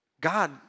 God